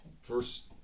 first